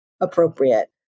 appropriate